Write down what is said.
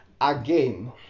again